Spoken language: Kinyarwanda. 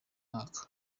mwaka